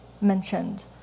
mentioned